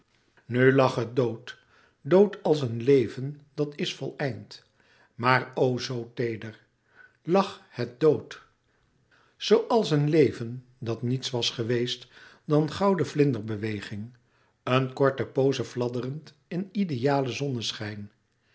nu lag het dood dood als een leven dat is voleind maar o zoo teeder lag het dood zooals een leven dat niets was geweest dan gouden vlinderbeweging een korte pooze fladderend in idealen zonneschijn